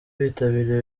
bitabiriye